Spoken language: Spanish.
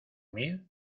mil